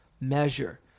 measure